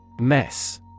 Mess